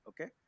okay